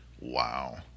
Wow